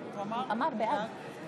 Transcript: חברות הכנסת, התוצאות: 49 בעד, 62 נגד.